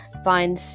find